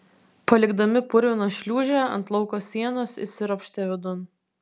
palikdami purviną šliūžę ant lauko sienos įsiropštė vidun